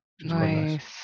nice